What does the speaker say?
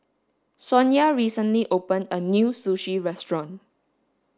Sonya recently opened a new Sushi restaurant